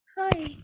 Hi